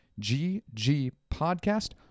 GGPODCAST